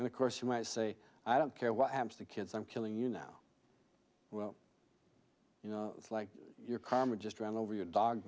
and of course you might say i don't care what happens to kids i'm killing you now well you know it's like your karma just ran over your dog